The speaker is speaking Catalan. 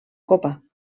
copa